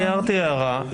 אני הערתי הערה.